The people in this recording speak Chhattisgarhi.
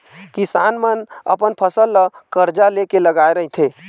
किसान मन अपन फसल ल करजा ले के लगाए रहिथे